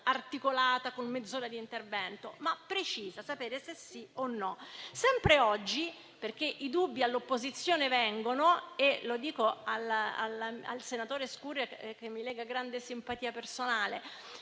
articolata in mezz'ora di intervento, ma precisa. Vogliamo solo sapere sì o no. Sempre oggi, perché i dubbi all'opposizione vengono e lo dico al senatore Scurria cui mi lega grande simpatia personale,